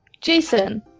Jason